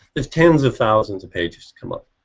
there's tens and thousands of pages come up.